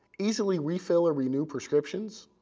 easily refill or renew prescriptions,